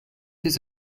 his